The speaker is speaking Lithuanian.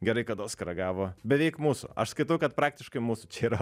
gerai kad oskarą gavo beveik mūsų aš skaitau kad praktiškai mūsų čia yra